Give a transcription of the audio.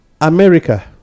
America